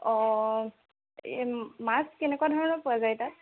অঁ এই মাছ কেনেকুৱা ধৰণৰ পোৱা যায় তাত